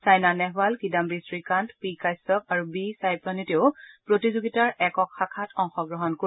China Nehwal Kidambi Srikanth P Kashyap আৰু B Sai প্ৰণীতেও প্ৰতিযোগিতাৰ একক শাখাত অংশগ্ৰহণ কৰিব